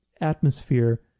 atmosphere